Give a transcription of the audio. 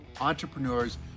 entrepreneurs